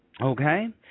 okay